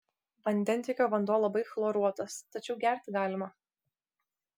vandentiekio vanduo labai chloruotas tačiau gerti galima